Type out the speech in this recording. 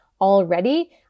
Already